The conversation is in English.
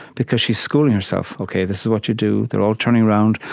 because she's schooling herself ok, this is what you do. they're all turning round.